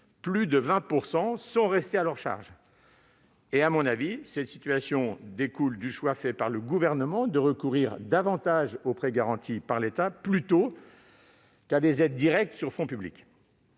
ces pertes sont restées à leur charge. Selon moi, cette situation découle du choix réalisé par le Gouvernement de recourir aux prêts garantis par l'État, plutôt qu'à des aides directes sur fonds publics.